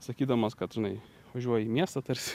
sakydamas kad žinai važiuoji į miestą tarsi